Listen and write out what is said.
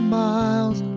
miles